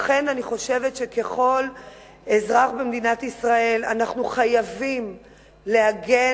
לכן אני חושבת שככל אזרח במדינת ישראל אנחנו חייבים להגן